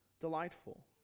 delightful